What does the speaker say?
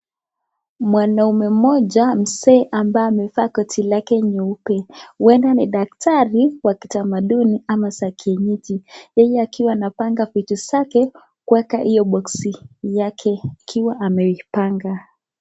Mwanaume mmoja mzee ambaye amevaa koti lake nyeupe ,huenda ni daktari wa kitamaduni ama za kienyeji yeye akiwa anapanga vitu zake kuweka hiyo boxi yake, ikiwa ameipanga.